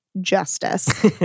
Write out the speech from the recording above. justice